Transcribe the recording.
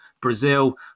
brazil